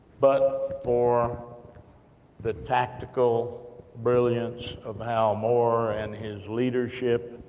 but for the tactical brilliance of hal moore, and his leadership,